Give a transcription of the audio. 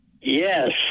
yes